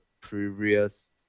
previous